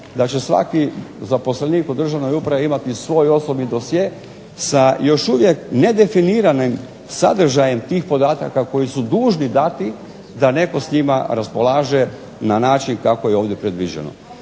da će svaki zaposlenik u državnoj upravi imati svoj osobni dosje sa još uvijek nedefiniranim sadržajem tih podataka koji su dužni dati da netko s njima raspolaže na način kako je ovdje predviđeno.